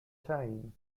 time